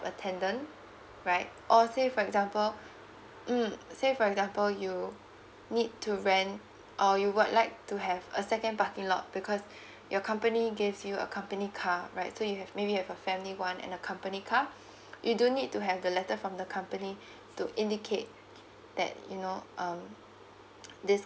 attendant right or say for example mm say for example you need to rent or you would like to have a second parking lot because your company gives you a company car right so you have maybe have a family [one] and a company car you do need to have the letter from the company to indicate that you know um this